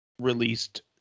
released